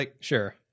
Sure